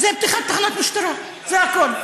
זה פתיחת תחנת משטרה, זה הכול,